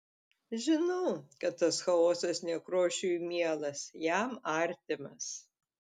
žinau kad tas chaosas nekrošiui mielas jam artimas